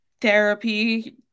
therapy